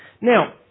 Now